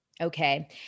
Okay